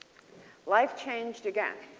life changeed again.